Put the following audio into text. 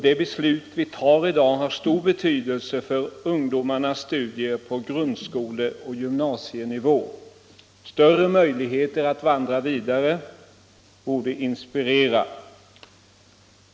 Det beslut vi fattar i dag har stor betydelse för ungdomarnas studier på grundskoleoch gymnasienivå. Större möjligheter för dem att vandra vidare borde verka inspirerande.